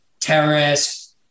terrorists